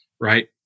right